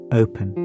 open